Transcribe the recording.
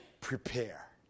Prepare